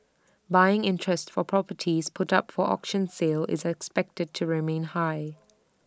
buying interest for properties put up for auction sale is expected to remain high